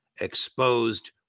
exposed